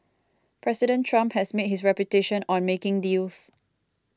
President Trump has made his reputation on making deals